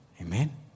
Amen